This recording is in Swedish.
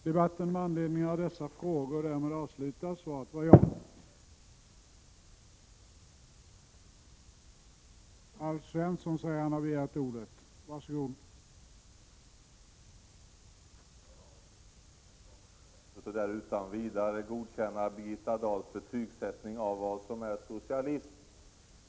Herr talman! Jag kan inte utan vidare godkänna Birgitta Dahls bedömning av vad som är socialism.